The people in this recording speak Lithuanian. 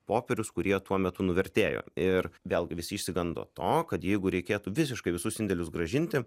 popierius kurie tuo metu nuvertėjo ir vėlgi visi išsigando to kad jeigu reikėtų visiškai visus indėlius grąžinti